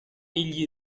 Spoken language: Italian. egli